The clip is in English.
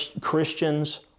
Christians